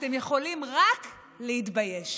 אתם יכולים רק להתבייש.